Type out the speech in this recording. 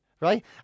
right